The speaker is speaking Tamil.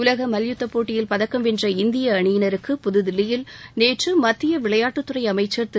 உலக மல்யுத்தப் போட்டியில் பதக்கம் வென்ற இந்திய அணியினருக்கு புதுதில்லியில் நேற்று மத்திய விளையாட்டுத்துறை அமைச்சர் திரு